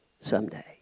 someday